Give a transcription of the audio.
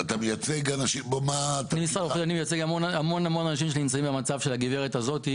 מייצג הרבה אנשים שנמצאים במצב של הגברת הזאת,